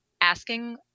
asking